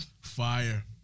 Fire